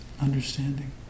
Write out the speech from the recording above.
understanding